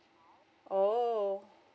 !oho!